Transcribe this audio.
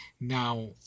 Now